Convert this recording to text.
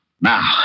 Now